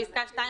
(2) בפסקה (2),